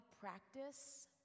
practice